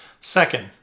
Second